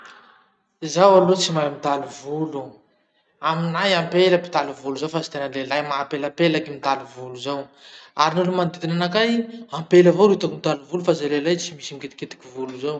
Zaho aloha tsy mahay mitaly volo. Aminay ampela mpitaly volo zao fa tsy tena lelahy. Maha pelapelaky mitaly volo zao. Ary ny olo manodidina anakahy, ampela avao ro hitako mitaly volo fa zahay lelahy tsy misy mikitikitiky volo zao.